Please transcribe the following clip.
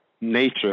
nature